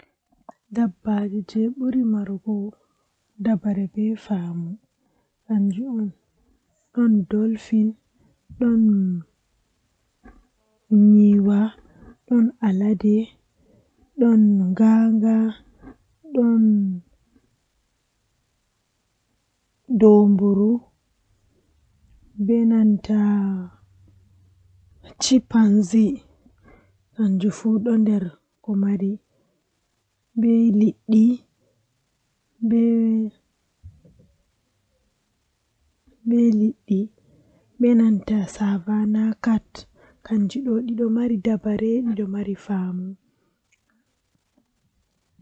Ndikka mi tokka larugo mi wala nana ngam tomi don laara mi andan kala ko fe'oto kala ko fe'e pat mi laran nden bo mi laaran bikkon am mi laaran sobiraabe am mi laaran saro'en am amma bo to midon nana on tan mi nanan be amma mi laarata be kanjum do nawdum masin